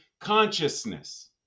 consciousness